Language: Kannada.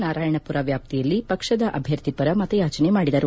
ನಾರಾಯಣಮರ ವ್ಯಾಪ್ತಿಯಲ್ಲಿ ಪಕ್ಷದ ಅಭ್ಯರ್ಥಿ ಪರ ಮತಯಾಚನೆ ಮಾಡಿದರು